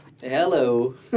Hello